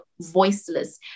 voiceless